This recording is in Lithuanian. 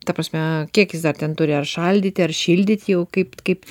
ta prasme kiek jis dar ten turi ar šaldyti ar šildyti jau kaip kaip